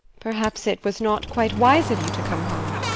perhaps it was not quite wise of you to come home?